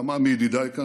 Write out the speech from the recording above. כמה מידידיי כאן,